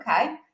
okay